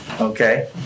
okay